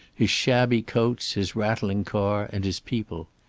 his shabby coats, his rattling car, and his people.